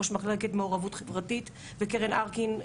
ראש מחלקת מעורבות חברתית וקרן ארקין,